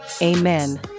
Amen